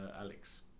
Alex